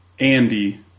Andy